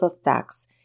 effects